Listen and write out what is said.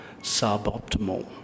suboptimal